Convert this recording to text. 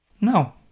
No